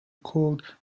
called